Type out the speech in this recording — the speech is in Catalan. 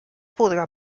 podrà